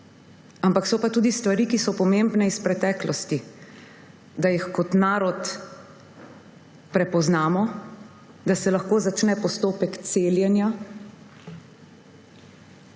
nazaj. So pa tudi stvari, ki so pomembne, iz preteklosti, da jih kot narod prepoznamo, da se lahko začne postopek celjenja